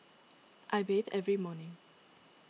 I bathe every morning